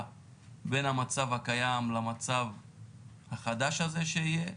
בין המצב הקיים למצב החדש הזה שיהיה?